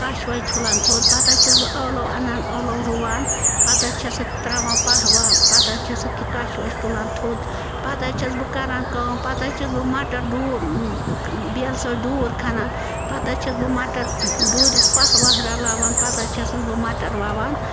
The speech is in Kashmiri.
کَچھ وَچھ تھُلان تھوٚد پتہٕ حظ چھَس بہٕ ٲلوٕ اَنان ٲلوٕ رُوان پتہٕ حظ چھَسکھ ترٛاوان پَہہ وہہ پتہٕ حظ چھَسکھ یہِ کَچھ وَچھ تُلان تھوٚد پتہٕ حظ چھَس بہٕ کَران کٲم پتہٕ حظ چھَس بہٕ مَٹر ڈوٗر بیلہٕ سۭتۍ ڈوٗر کھنان پتہٕ حظ چھَس بہٕ مٹر ڈوٗرِس پَہہ وہہ رَلاوان پتہٕ حظ چھَسَس بہٕ مَٹر وَوان